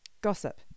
gossip